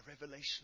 revelation